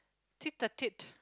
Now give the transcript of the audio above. tweet the tip